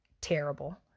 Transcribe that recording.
terrible